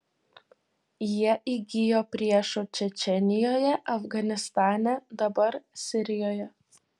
jie įgijo priešų čečėnijoje afganistane dabar sirijoje